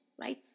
right